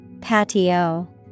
Patio